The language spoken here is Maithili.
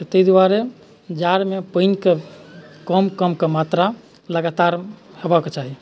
तऽ ताहि दुआरे जाड़मे पानिके कम कमके मात्रा लगातार हेबऽके चाही